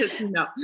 no